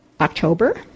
October